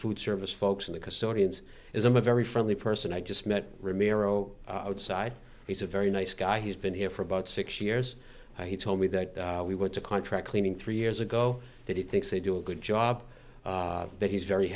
food service folks in the custodians is i'm a very friendly person i just met ramiro outside he's a very nice guy he's been here for about six years and he told me that we went to contract cleaning three years ago that he thinks they do a good job that he's very